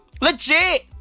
Legit